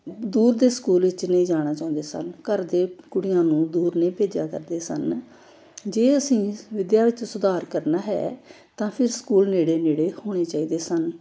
ਦੂਰ ਦੇ ਸਕੂਲ ਵਿੱਚ ਨਹੀਂ ਜਾਣਾ ਚਾਹੁੰਦੇ ਸਨ ਘਰ ਦੇ ਕੁੜੀਆਂ ਨੂੰ ਦੂਰ ਨਹੀਂ ਭੇਜਿਆ ਕਰਦੇ ਸਨ ਜੇ ਅਸੀਂ ਵਿੱਦਿਆ ਵਿੱਚ ਸੁਧਾਰ ਕਰਨਾ ਹੈ ਤਾਂ ਫਿਰ ਸਕੂਲ ਨੇੜੇ ਨੇੜੇ ਹੋਣੇ ਚਾਹੀਦੇ ਸਨ